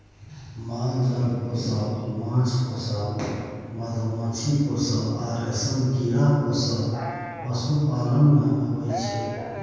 माल जाल पोसब, माछ पोसब, मधुमाछी पोसब आ रेशमक कीरा पोसब पशुपालन मे अबै छै